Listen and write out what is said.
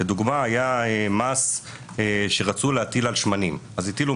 לדוגמה, היה מס שרצו להטיל על שמנים.